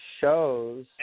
Shows